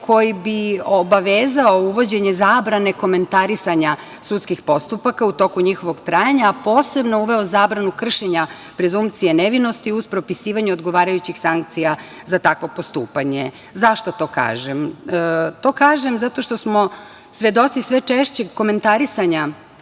koji bi obavezao uvođenje zabrane komentarisanja sudskih postupaka u toku njihovog trajanja, a posebno uveo zabranu kršenja prezunkcije nevinosti uz propisivanje odgovarajućih sankcija za takvo postupanje. Zašto to kažem? To kažem zato što smo svedoci sve češćeg komentarisanja